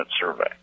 survey